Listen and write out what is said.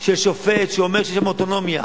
של שופט שאומר שיש שם אוטונומיה.